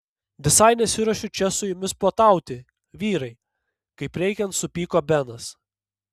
visai nesiruošiu čia su jumis puotauti vyrai kaip reikiant supyko benas